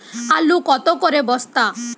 আলু কত করে বস্তা?